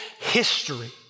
history